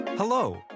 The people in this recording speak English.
Hello